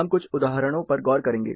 हम कुछ उदाहरणों पर गौर करेंगे